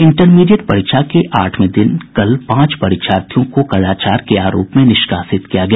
intermediate परीक्षा के आठवें दिन कल पांच परीक्षार्थियों को कदाचार के आरोप में निष्कासित किया गया